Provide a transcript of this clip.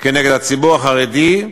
נגד הציבור החרדי,